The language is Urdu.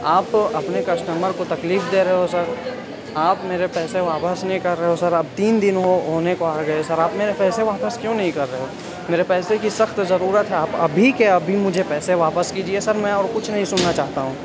آپ اپنے کسٹمر کو تکلیف دے رہے ہو سر آپ میرے پیسے واپس نہیں کر رہے ہو سر آپ تین دن ہو ہونے کو آ گٮٔے سر آپ میرے پیسے واپس کیوں نہیں کر رہے ہو میرے پیسے کی سخت ضرورت ہے آپ ابھی کے ابھی مجھے پیسے واپس کیجیے سر میں اور کچھ نہیں سننا چاہتا ہوں